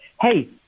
hey